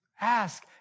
ask